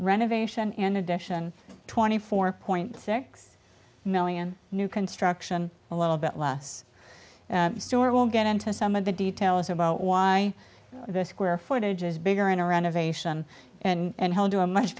renovation in addition twenty four point six million new construction a little bit less store will get into some of the details about why the square footage is bigger in around evasion and he'll do a much